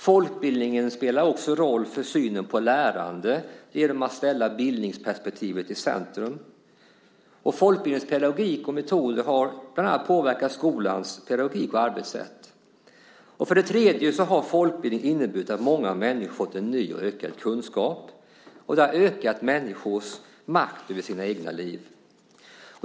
Folkbildningen spelar också en roll i synen på lärandet genom att den ställer bildningsperspektivet i centrum. Folkbildningens pedagogik och metoder har bland annat påverkat skolans pedagogik och arbetssätt. Dessutom har folkbildningen inneburit att många människor fått ny och ökad kunskap, vilket ökat människors makt över deras egna liv.